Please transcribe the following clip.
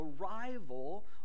arrival